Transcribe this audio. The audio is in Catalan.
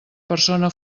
persona